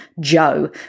joe